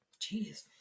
jeez